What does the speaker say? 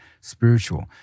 spiritual